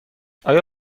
آیا